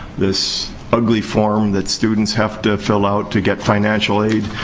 this ugly form that students have to fill out to get financial aid.